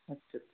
okay sir